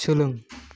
सोलों